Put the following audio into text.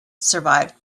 survived